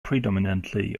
predominantly